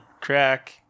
crack